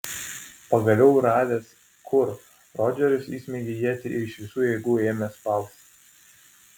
pagaliau radęs kur rodžeris įsmeigė ietį ir iš visų jėgų ėmė spausti